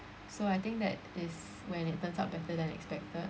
so I think that is when it turns out better than expected